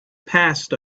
passed